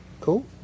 Cool